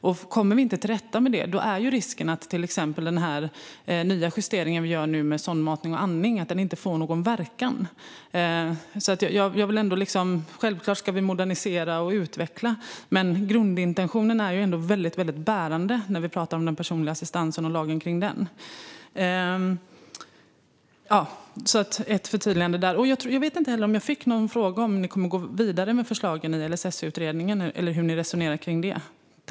Om vi inte kommer till rätta med det här är risken att till exempel den nya justering vi gör nu med sondmatning och andning inte får någon verkan. Självklart ska vi modernisera och utveckla, men grundintentionen är bärande när vi talar om den personliga assistansen och lagen om den. Jag vill gärna ha ett förtydligande där. Jag vet inte om jag fick något svar på frågan om ni nu kommer att gå vidare med förslagen i LSS-utredningen eller hur ni resonerar kring det.